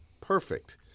perfect